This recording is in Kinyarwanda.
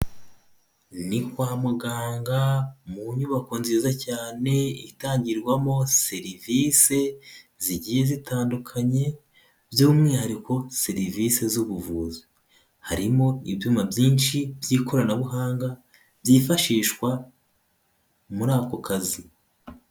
Ni kwa muganga mu nyubako nziza cyane itangirwamo serivise zigiye zitandukanye, by'umwihariko serivise z'ubuvuzi, harimo ibyuma byinshi by'ikoranabuhanga byifashishwa muri ako kazi.